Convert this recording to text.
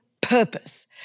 purpose